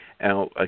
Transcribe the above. Now